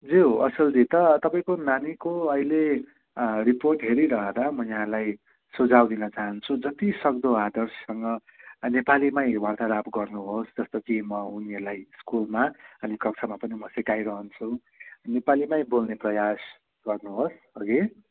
ज्यू असलजी त तपाईँको नानीको अहिले रिपोर्ट हेरिरहँदा म यहाँलाई सुझाउ दिन चाहन्छु जतिसक्दो आदर्शसँग नेपालीमै वार्तालाप गर्नुहोस् जस्तो कि म उनीहरूलाई स्कुलमा अनि कक्षामा पनि म सिकाइरहन्छु नेपालीमै बोल्ने प्रयास गर्नुहोस् हगी